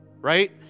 Right